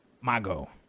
Mago